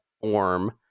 form